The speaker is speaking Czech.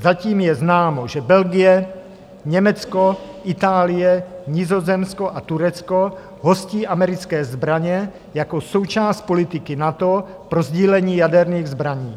Zatím je známo, že Belgie, Německo, Itálie, Nizozemsko a Turecko hostí americké zbraně jako součást politiky NATO pro sdílení jaderných zbraní.